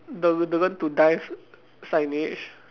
the the went to dive signage